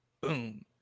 Boom